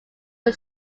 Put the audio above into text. way